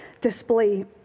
display